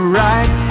right